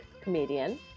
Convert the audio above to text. comedian